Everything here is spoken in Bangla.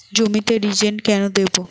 জমিতে রিজেন্ট কেন দেবো?